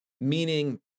Meaning